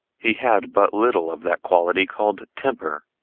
he had but little of that quality called temper,